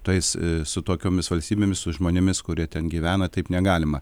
tais su tokiomis valstybėmis su žmonėmis kurie ten gyvena taip negalima